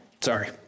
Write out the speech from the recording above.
Sorry